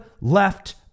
left